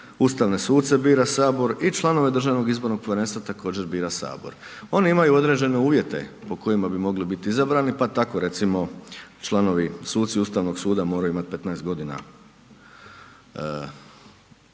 Ustavne suce bira Sabor i članove DIP-a također bira Sabor. Ono imaju određene uvjete po kojima bi mogli biti izabrani pa tako recimo suci Ustavnog suda moraju imat 15 g.,